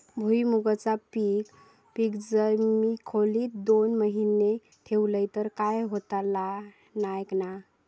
भुईमूगाचा पीक जर मी खोलेत दोन महिने ठेवलंय तर काय होतला नाय ना?